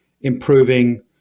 improving